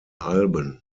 alben